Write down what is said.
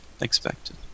expected